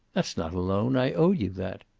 that's not a loan. i owed you that.